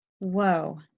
whoa